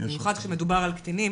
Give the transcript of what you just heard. במיוחד שמדובר על קטינים,